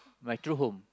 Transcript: my true home